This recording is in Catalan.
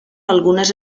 algunes